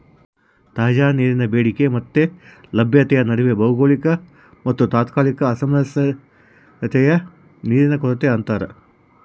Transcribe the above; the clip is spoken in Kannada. ತಾಜಾ ನೀರಿನ ಬೇಡಿಕೆ ಮತ್ತೆ ಲಭ್ಯತೆಯ ನಡುವಿನ ಭೌಗೋಳಿಕ ಮತ್ತುತಾತ್ಕಾಲಿಕ ಅಸಾಮರಸ್ಯನೇ ನೀರಿನ ಕೊರತೆ ಅಂತಾರ